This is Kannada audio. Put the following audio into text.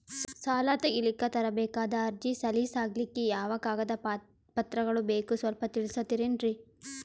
ಸಾಲ ತೆಗಿಲಿಕ್ಕ ತರಬೇಕಾದ ಅರ್ಜಿ ಸಲೀಸ್ ಆಗ್ಲಿಕ್ಕಿ ಯಾವ ಕಾಗದ ಪತ್ರಗಳು ಬೇಕು ಸ್ವಲ್ಪ ತಿಳಿಸತಿರೆನ್ರಿ?